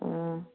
ꯎꯝ